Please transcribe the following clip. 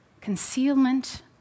concealment